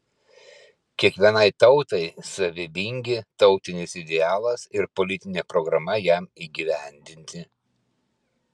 kiekvienai tautai savybingi tautinis idealas ir politinė programa jam įgyvendinti